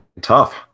tough